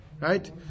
Right